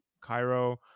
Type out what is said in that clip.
Cairo